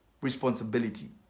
responsibility